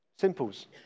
Simples